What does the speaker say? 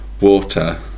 water